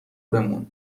بمون